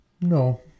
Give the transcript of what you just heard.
No